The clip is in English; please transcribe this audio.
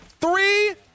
three